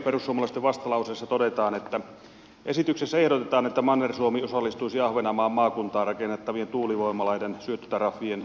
perussuomalaisten vastalauseessa todetaan että esityksessä ehdotetaan että manner suomi osallistuisi ahvenanmaan maakuntaan rakennettavien tuulivoimaloiden syöttötariffien kustannuksiin